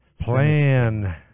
plan